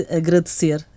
agradecer